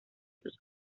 sus